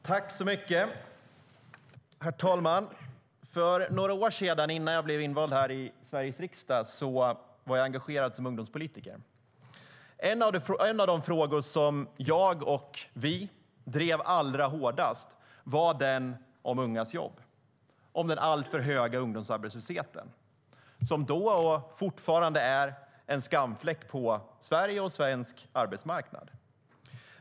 Herr talman! För några år sedan, innan jag blev invald i Sveriges riksdag, var jag engagerad som ungdomspolitiker. En av de frågor som jag och vi drev allra hårdast var den om ungas jobb, om den alltför höga ungdomsarbetslösheten, som var och fortfarande är en skamfläck på Sverige och svensk arbetsmarknad.